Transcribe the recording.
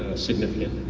significant,